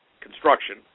construction